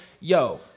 yo